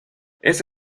ese